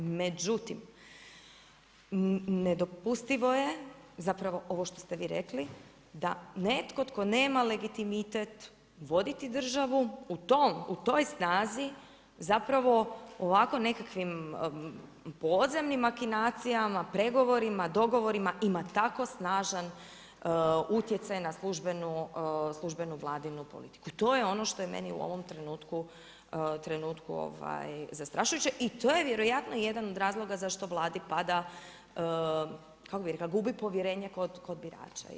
Međutim, nedopustivo je ovo što ste vi rekli da netko tko nema legitimitet voditi državu u toj snazi ovako nekakvim podzemnim makinacijama, pregovorima, dogovorima ima tako snažan utjecaj na službenu vladinu politiku i to je ono što je meni u ovom trenutku zastrašujuće i to je vjerojatno jedan od razloga zašto Vladi pada, kako bih rekla, gubi povjerenje kod birača.